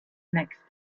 next